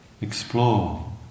explore